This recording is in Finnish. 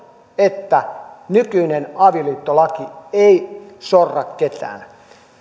että nykyinen avioliittolaki ei sorra ketään